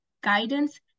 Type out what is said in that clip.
guidance